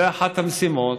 זאת אחת המשימות,